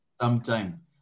Sometime